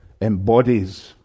embodies